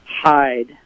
hide